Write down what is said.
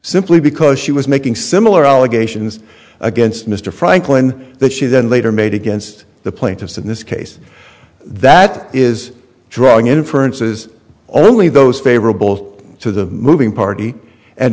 simply because she was making similar allegations against mr franklin that she then later made against the plaintiffs in this case that is drawing inferences only those favorable to the moving party and